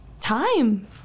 time